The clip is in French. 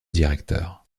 directeur